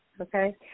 okay